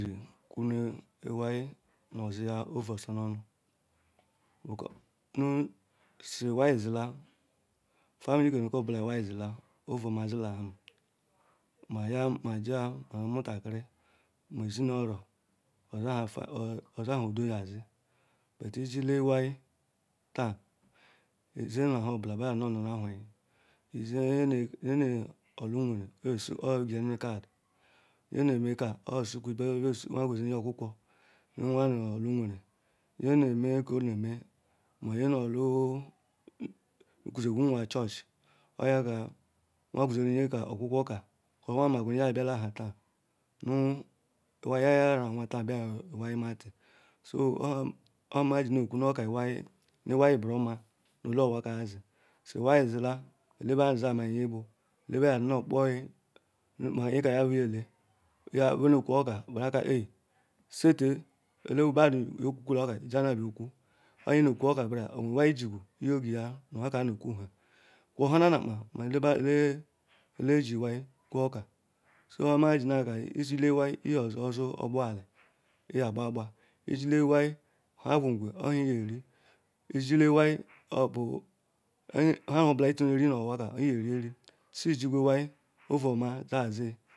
Nu ewia nu osuya ovuosu nu onu nu su ewia zilan, family konukobulum ewia ovuoma zilan maya majiwa maomutakiri maeʒinuoro owe han udo na zi but ijilen ewiataan, eʒi han nu aha baa di nu ahanyi eʒi nye nu olunwerem onye kweruye card, nye ne me ka oyosuku ma kwejine okwokooo nu yawa nu olunweren nye ne me ko one me. ma nye olu kwujikwu anwa church, oya kaa baa kwejime yeha okwokwo ka nu be magu nu obialam han taan nu ewia yasu ohu taan bia ewia nmateenyi so obu nha mũ su nu okwo nu oka ewia buruoma nu elunwaka azi, zi ewia zilan elemadu ba maya nye ibu be ne kpoi be ka ma enyeka bu yele ya benu okwo oka be okwokwalan oka jiwu bia betee okwu, paa eno okwo oka bram onweru ewia iji iyogweye nunhakan anu okwo han, whorgama ha akpan ma elejiewia kwo oka so ye ma ji na kani ejile ewia eyesie osu ogbor ale evya gbu gbu ejile wia nhe gwe awe yabu ehieyeri ijile ewia nhe qwe qwe yabu ehi eyeri ijile ewia obu nha nu nhu obulan echoru enyeri nu onwa ka eyeriri su ijilan owia ovuoma yadi.